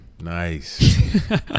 Nice